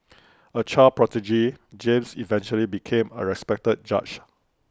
A child prodigy James eventually became A respected judge